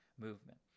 movement